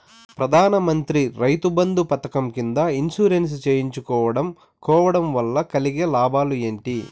ప్రధాన మంత్రి రైతు బంధు పథకం కింద ఇన్సూరెన్సు చేయించుకోవడం కోవడం వల్ల కలిగే లాభాలు ఏంటి?